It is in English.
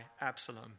Absalom